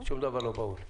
שום דבר לא בהול.